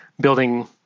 building